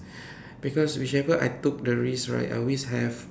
because whichever I took the risks right I always have